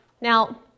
Now